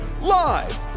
live